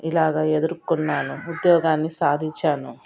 ఇలాగ ఎదుర్కున్నాను ఉద్యోగాన్ని సాధించాను